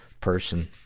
person